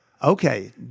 Okay